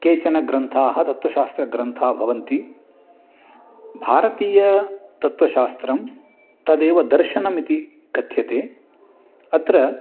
केचन ग्रन्थाः तत्त्वशास्त्रग्रन्थाः भवन्ति भारतीयतत्त्वशास्त्रं तदेव दर्शनम् इति कथ्यते अत्र